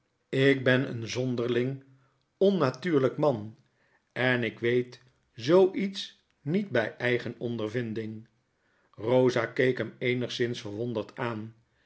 ik ben een zonderling onnatuurlyk man en ik weet zoo iets niet by eigen ondervinding rosa keek hem eenigszins verwonderd aan